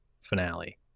finale